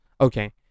okay